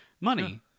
money